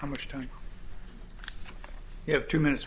how much time you have two minutes